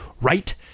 right